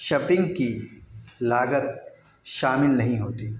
shipping کی لاگت شامل نہیں ہوتی